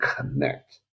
connect